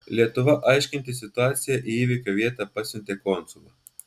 lietuva aiškintis situaciją į įvykio vietą pasiuntė konsulą